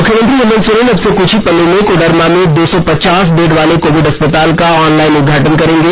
मुख्यमंत्री हेमंत सोरेन अब से कुछ ही पलों में कोडरमा में दो सौ पचास बेड वाले कोविड अस्पताल का ऑन लाईन उद्घाटन करेंगे